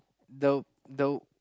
the the